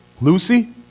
Lucy